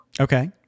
Okay